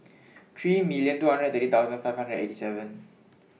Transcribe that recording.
three million two hundred thirty thousand five hundred eighty seven